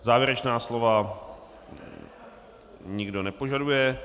Závěrečná slova nikdo nepožaduje.